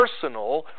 personal